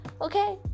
okay